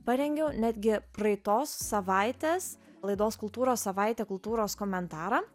parengiau netgi praeitos savaitės laidos kultūros savaitė kultūros komentarą